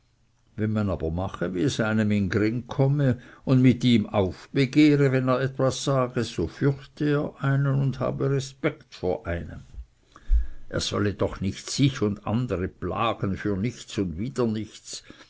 wenn man aber mache wie es einem in gring komme und mit ihm aufbegehre wenn er etwas sage so fürchte er einen und habe respekt vor einem er sollte doch nicht sich und andere plagen für nichts und wieder nichts